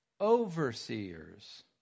overseers